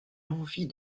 envie